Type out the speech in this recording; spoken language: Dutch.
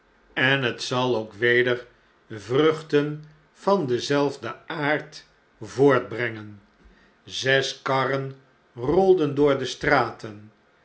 en het zal ook weder vruchten van denzelfden aard voortbrengen zes karren rolden door de straten